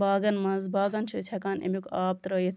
باغن نٛز چھِ ہٮ۪کان أسۍ یہِ امیُک آب ترٲوِتھ